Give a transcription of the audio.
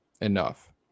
enough